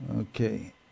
Okay